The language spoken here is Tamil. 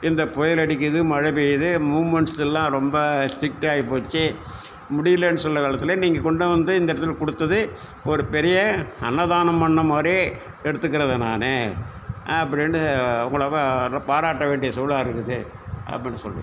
இந்த புயல் அடிக்குது மழை பெய்யுது மூவ்மென்ட்ஸ் எல்லாம் ரொம்ப ஸ்ட்ரிக்ட் ஆகிப்போச்சி முடியலன்னு சொன்ன காலத்தில் நீங்கள் கொண்டுவந்து இந்த இடத்துல கொடுத்தது ஒரு பெரிய அன்னதானம் பண்ண மாதிரியே எடுத்துக்கிறது நானு அப்படின்னு உங்களை பாராட்ட வேண்டிய சூழலாக இருந்தது அப்படின்னு சொல்லணும்